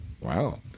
Wow